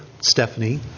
Stephanie